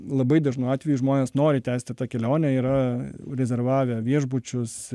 labai dažnu atveju žmonės nori tęsti tą kelionę yra rezervavę viešbučius